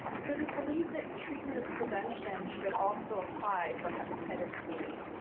so there's belief that treatment is prevention should also apply for hepatitis c,